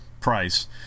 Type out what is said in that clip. price